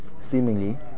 Seemingly